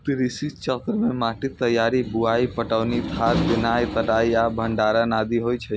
कृषि चक्र मे माटिक तैयारी, बुआई, पटौनी, खाद देनाय, कटाइ आ भंडारण आदि होइ छै